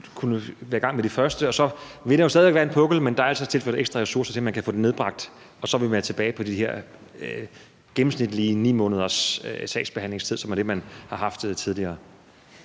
kunne gå i gang med de første, og så vil der jo stadig væk være en pukkel, men der er altså tilført ekstra ressourcer til, at man kan få den nedbragt, og så vil man være tilbage på den her gennemsnitlig 9 måneders sagsbehandlingstid, som er det, man har haft tidligere.